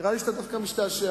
נראה לי דווקא שאתה משתעשע.